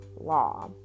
law